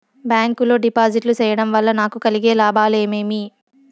Bank లో డిపాజిట్లు సేయడం వల్ల నాకు కలిగే లాభాలు ఏమేమి?